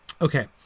Okay